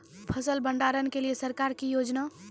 फसल भंडारण के लिए सरकार की योजना?